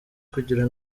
kugira